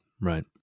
Right